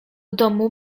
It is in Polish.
domu